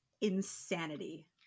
insanity